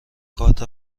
کارت